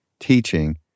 Teaching